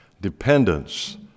Dependence